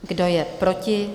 Kdo je proti?